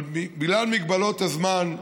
אבל בגלל מגבלות הזמן,